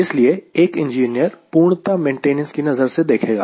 इसलिए एक इंजीनियर पूर्णतः मेंटेनेंस की नजर से देखेगा